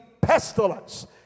pestilence